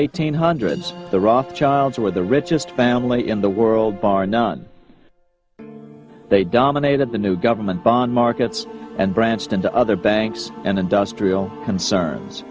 eighteen hundreds the rothschilds were the richest family in the world bar none they dominated the new government bond markets and branched into other banks and industrial concerns